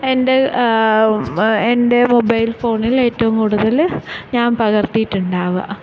എന്റെ എന്റെ മൊബൈൽഫോണിലേറ്റവും കൂടുതൽ ഞാൻ പകർത്തിയിട്ടുണ്ടാവുക